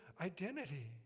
identity